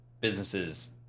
businesses